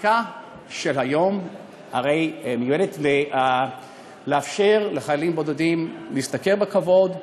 החקיקה של היום מיועדת לאפשר לחיילים בודדים להשתכר בכבוד.